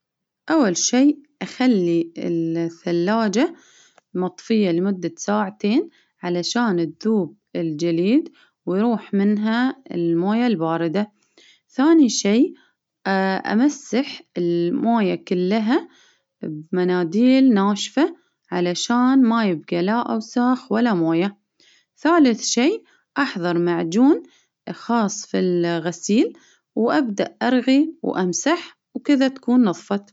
أول شي اخلي الثلاجة مطفية لمدة ساعتين علشان تذوب الجليد، ويروح منها الموية الباردة، ثاني شي أمسح الموية كلها بمناديل ناشفة، علشان ما أوساخ ولا موية. ثالث شي أحضر معجون خاص في الغسيل، وأبدأ أرغي ،وأمسح وكذا تكون نظفت.